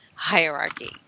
Hierarchy